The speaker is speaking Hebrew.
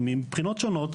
מבחינות שונות,